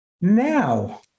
now